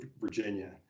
virginia